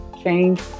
Change